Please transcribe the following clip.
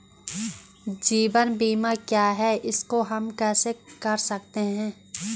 जीवन बीमा क्या है इसको हम कैसे कर सकते हैं?